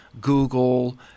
Google